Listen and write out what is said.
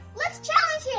let's challenge him!